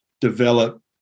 develop